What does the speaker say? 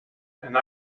and